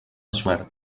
suert